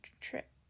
trip